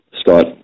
Scott